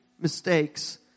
mistakes